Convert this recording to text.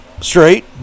Straight